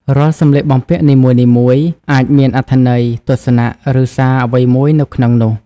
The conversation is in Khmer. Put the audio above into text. រាល់សម្លៀកបំពាក់នីមួយៗអាចមានអត្ថន័យ ទស្សនៈ ឬសារអ្វីមួយនៅក្នុងនោះ។